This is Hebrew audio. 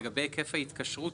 לגבי היקף ההתקשרות,